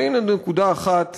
אבל הנה נקודה אחת